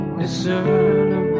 discernible